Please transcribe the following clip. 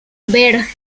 berg